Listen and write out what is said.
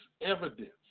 evidence